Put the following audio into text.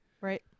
Right